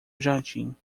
jardim